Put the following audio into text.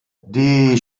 die